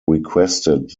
requested